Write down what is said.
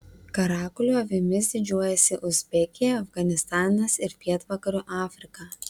karakulio avimis didžiuojasi uzbekija afganistanas ir pietvakarių afrika